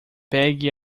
pegue